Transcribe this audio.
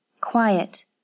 quiet